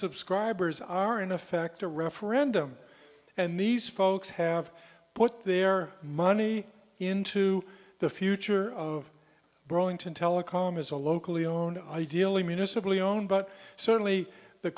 subscribers are in effect a referendum and these folks have put their money into the future of rowing to telecom is a locally owned ideally municipally owned but certainly the